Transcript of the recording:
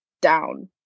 down